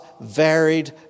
varied